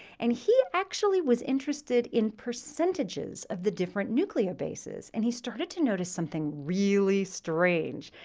and he actually was interested in percentages of the different nucleobases, and he started to notice something really strange.